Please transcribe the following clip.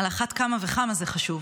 על אחת כמה וכמה זה חשוב,